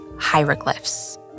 Hieroglyphs